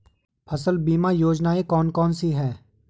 फसल बीमा योजनाएँ कौन कौनसी हैं?